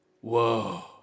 whoa